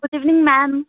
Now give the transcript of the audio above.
good evening ma'am